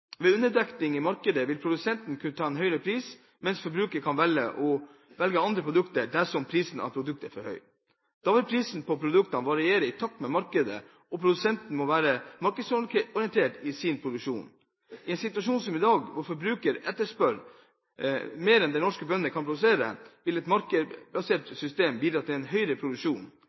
Ved underdekning i markedet vil produsenten kunne ta en høyere pris, mens forbruker kan velge andre produkter dersom prisen på et produkt er for høy. Da vil prisene på produktene variere i takt med markedet, og produsentene må være markedsorientert i sin produksjon. I en situasjon som i dag, hvor forbrukerne etterspør mer enn det norske bønder kan produsere, vil et markedsbasert system bidra til en høyere produksjon.